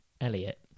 Elliot